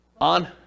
On